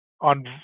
on